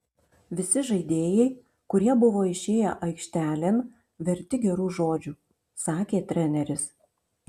visi žaidėjai kurie buvo išėję aikštelėn verti gerų žodžių sakė treneris